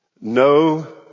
no